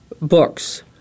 books